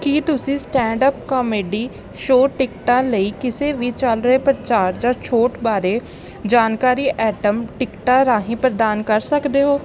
ਕੀ ਤੁਸੀਂ stand up comedy show ਟਿਕਟਾਂ ਲਈ ਕਿਸੇ ਵੀ ਚੱਲ ਰਹੇ ਪ੍ਰਚਾਰ ਜਾਂ ਛੋਟ ਬਾਰੇ ਜਾਣਕਾਰੀ ਐਟਮ ਟਿਕਟਾਂ ਰਾਹੀਂ ਪ੍ਰਦਾਨ ਕਰ ਸਕਦੇ ਹੋ